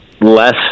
less